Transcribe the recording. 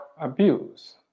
abuse